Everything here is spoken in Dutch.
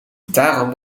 daarom